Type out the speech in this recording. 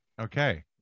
Okay